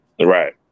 Right